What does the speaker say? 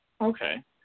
Okay